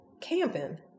camping